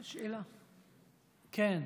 שאלה, כן.